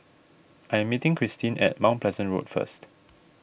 I am meeting Cristine at Mount Pleasant Road first